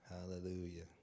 Hallelujah